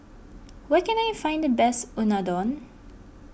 where can I find the best Unadon